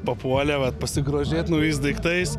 papuolė vat pasigrožėt naujais daiktais